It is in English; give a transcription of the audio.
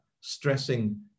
stressing